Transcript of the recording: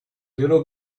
little